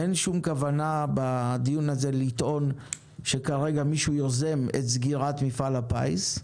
אין שום כוונה לטעון בדיון הזה שכרגע מישהו יוזם את סגירת מפעל הפיס,